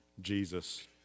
Jesus